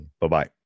bye-bye